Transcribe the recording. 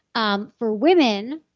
um for women,